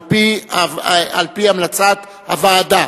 על-פי המלצת הוועדה.